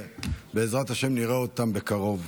ובעזרת השם נראה אותם בקרוב.